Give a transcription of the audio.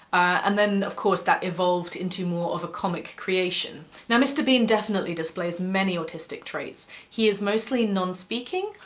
and then, of course that evolved into more of a comic creation. now, mr. bean definitely displays many autistic traits he is mostly non-speaking,